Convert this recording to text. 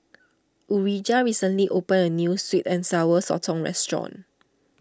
Urijah recently opened a New Sweet and Sour Sotong Restaurant